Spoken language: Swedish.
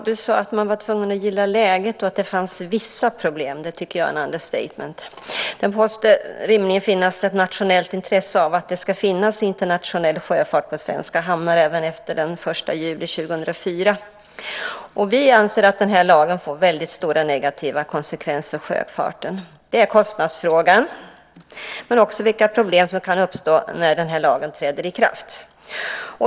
Herr talman! Du sade att man var tvungen att gilla läget och att det fanns vissa problem. Det tycker jag är ett understatement. Det måste rimligen finnas ett nationellt intresse av att det finns internationell sjöfart på svenska hamnar även efter den 1 juli 2004. Vi anser att lagen får stora negativa konsekvenser för sjöfarten. Det är kostnadsfrågan men också vilka problem som kan uppstå när lagen träder i kraft.